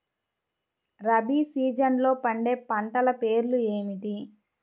రబీ సీజన్లో పండే పంటల పేర్లు ఏమిటి?